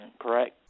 correct